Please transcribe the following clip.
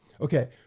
Okay